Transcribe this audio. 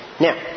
Now